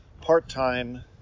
part-time